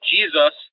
Jesus